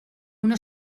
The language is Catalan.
una